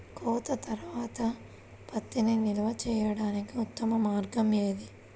కోత తర్వాత పత్తిని నిల్వ చేయడానికి ఉత్తమ మార్గం ఏది?